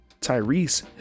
Tyrese